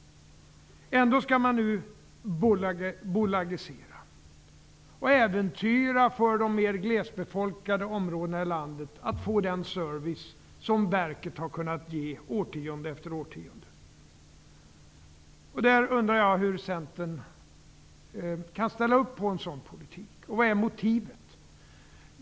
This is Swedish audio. Ändå skall man nu bolagisera och äventyra att de mera glest befolkade områdena i landet får den service som verket har kunnat ge årtionde efter årtionde. Jag undrar hur Centern kan ställa upp på en sådan politik. Vad är motivet?